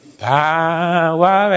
power